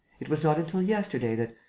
it was not until yesterday that,